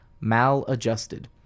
Maladjusted